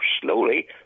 slowly